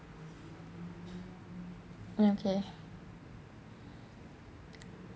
okay